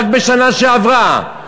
רק בשנה שעברה,